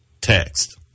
text